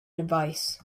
device